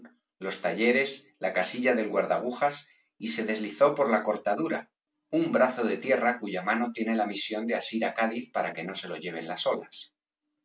los talleres la casilla del guardaagujas y se deslizó por la cortadura un brazo de tierra cuya mano tiene la misión b pérez galdós de asir á cádiz para que no se lo lleven las olas